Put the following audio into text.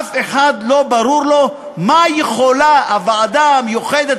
אף אחד לא ברור לו מה יכולה הוועדה המיוחדת